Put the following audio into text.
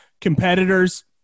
competitors